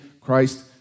Christ